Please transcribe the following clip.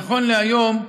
נכון להיום,